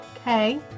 Okay